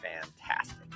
fantastic